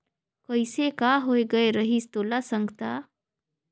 कइसे का होए गये रहिस तोला संगता